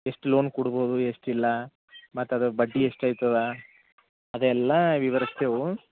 ಎಷ್ಟು ಲೋನ್ ಕೊಡ್ಬೋದು ಎಷ್ಟಿಲ್ಲ ಮತ್ತು ಅದು ಬಡ್ಡಿ ಎಷ್ಟಾಯ್ತದ ಅದೆಲ್ಲಾ ವಿವರಿಸ್ತೆವು